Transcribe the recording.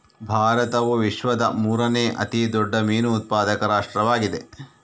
ಭಾರತವು ವಿಶ್ವದ ಮೂರನೇ ಅತಿ ದೊಡ್ಡ ಮೀನು ಉತ್ಪಾದಕ ರಾಷ್ಟ್ರವಾಗಿದೆ